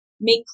make